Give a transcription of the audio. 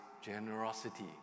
generosity